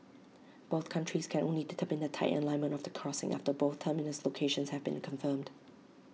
both countries can only determine the type and alignment of the crossing after both terminus locations have been confirmed